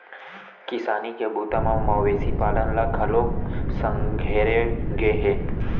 किसानी के बूता म मवेशी पालन ल घलोक संघेरे गे हे